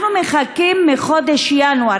אנחנו מחכים מחודש ינואר.